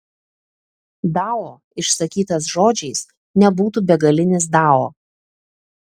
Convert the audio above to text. dao išsakytas žodžiais nebūtų begalinis dao